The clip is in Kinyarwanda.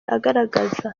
agaragara